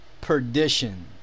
perdition